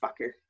fucker